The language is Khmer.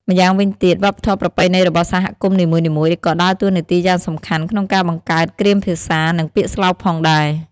ម្យ៉ាងវិញទៀត វប្បធម៌ប្រពៃណីរបស់សហគមន៍នីមួយៗក៏ដើរតួនាទីយ៉ាងសំខាន់ក្នុងការបង្កើតគ្រាមភាសានិងពាក្យស្លោកផងដែរ។